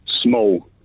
Small